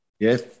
Yes